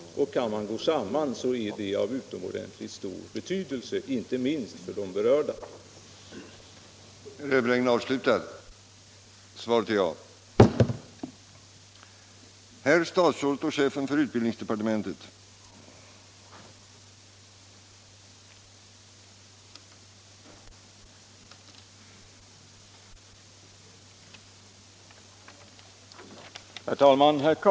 Kan man gå samman är det av utomordentligt stor betydelse, inte minst för de berörda. § 12 Om politisk åsiktsförföljelse av universitetsstuderande Nr 21 Torsdagen den Herr utbildningsministern ZACHRISSON erhöll ordet för att besvara 13 november 1975 herr Carlshamres den 6 november anmälda fråga, 1975/76:84, och anförde: Om politisk Herr talman!